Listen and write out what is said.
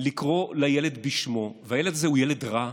לקרוא לילד בשמו, והילד הזה הוא ילד רע,